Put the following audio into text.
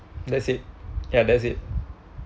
that's it ya that's it